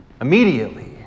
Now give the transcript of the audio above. immediately